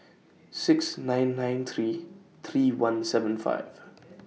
six nine nine three three one seven five